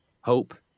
Hope